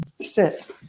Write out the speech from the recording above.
sit